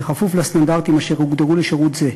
כפוף לסטנדרטים אשר הוגדרו לשירות זה.